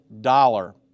dollar